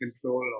control